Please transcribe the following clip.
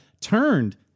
turned